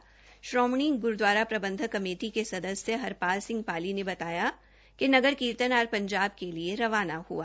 Shiromani Gurdwara Prabandhak committee के सदस्य हरपाल सिंह पाली ने बताया कि नगर कीर्तन आज पंजाब के लिए रवाना हुआ